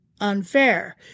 unfair